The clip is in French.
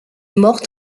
morte